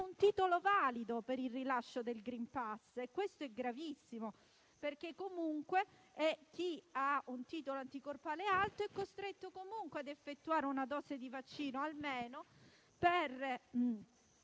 titolo valido per il rilascio del *green pass*. Questo è gravissimo perché, comunque, chi ha un titolo anticorpale alto è costretto comunque ad effettuare almeno una dose di vaccino per